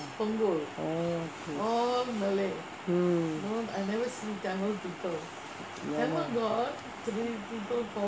oh okay mm ya lah